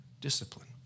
discipline